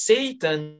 Satan